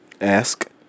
ask